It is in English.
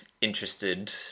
interested